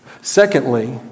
Secondly